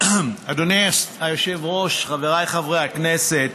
אדוני היושב-ראש, חבריי חברי הכנסת,